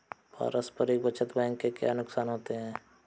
पारस्परिक बचत बैंक के क्या नुकसान होते हैं?